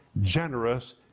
generous